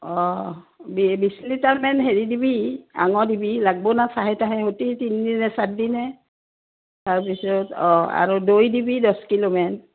অঁ বি বিছ লিটাৰমানে হেৰি দিবি এৱাঁ দিবি লাগব না চাহে তাহে সতি তিনিদিনে চাৰদিনে তাৰপিছত অঁ আৰু দৈ দিবি দহ কিলোমান